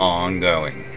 ongoing